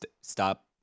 stop